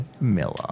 Miller